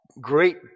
great